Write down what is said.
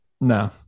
No